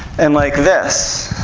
and like this.